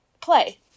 play